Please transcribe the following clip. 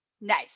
Nice